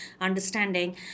understanding